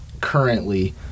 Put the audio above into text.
currently